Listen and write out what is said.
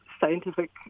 scientific